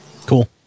Cool